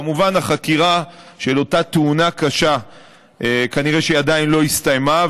כמובן שהחקירה של אותה תאונה קשה כנראה עדיין לא הסתיימה,